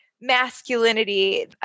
masculinity